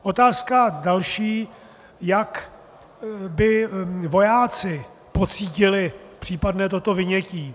Otázka další, jak by vojáci pocítili případné toto vynětí.